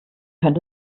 könnt